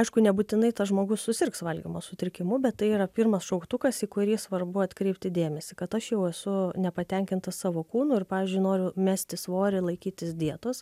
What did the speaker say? aišku nebūtinai tas žmogus susirgs valgymo sutrikimu bet tai yra pirmas šauktukas į kurį svarbu atkreipti dėmesį kad aš jau esu nepatenkintas savo kūnu ir pavyzdžiui noriu mesti svorį laikytis dietos